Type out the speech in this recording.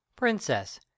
Princess